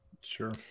Sure